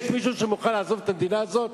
יש מישהו שמוכן לעזוב את המדינה הזאת,